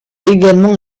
également